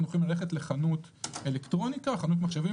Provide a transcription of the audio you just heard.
אנחנו יכולים ללכת לחנות אלקטרוניקה או לחנות מחשבים,